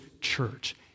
church